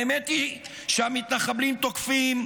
האמת היא שהמתנחבלים תוקפים,